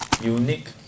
unique